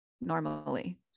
normally